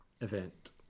event